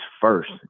first